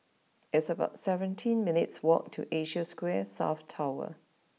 it's about seventeen minutes' walk to Asia Square South Tower